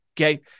Okay